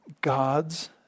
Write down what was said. God's